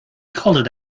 called